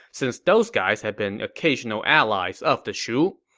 since those guys had been occasional allies of the shu.